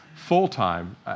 full-time